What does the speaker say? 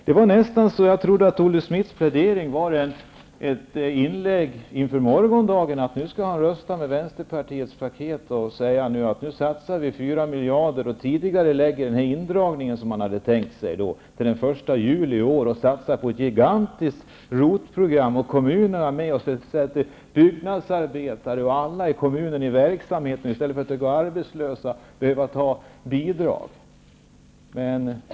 Det var nästan så att jag trodde att Olle Schmidts plädering var ett inlägg inför morgondagen, att han skulle rösta med Vänsterpartiets paket och satsa 4 miljarder och tidigarelägga den indragning man hade tänkt sig till den 1 juli i år, att han skulle satsa på ett gigantiskt ROT-program för att sätta byggnadsarbetare och alla i kommunen i verksamhet i stället för att de skall gå arbetslösa och behöva få bidrag.